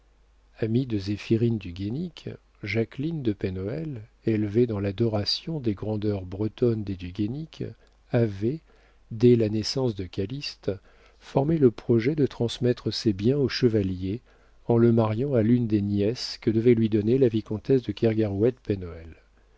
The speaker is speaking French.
zéphirine du guénic jacqueline de pen hoël élevée dans l'adoration des grandeurs bretonnes des du guénic avait dès la naissance de calyste formé le projet de transmettre ses biens au chevalier en le mariant à l'une des nièces que devait lui donner la vicomtesse de kergarouët pen hoël